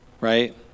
Right